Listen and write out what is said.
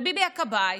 וביבי הכבאי